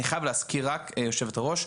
אני חייב רק להזכיר, יושבת הראש,